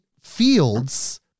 fields